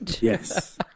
Yes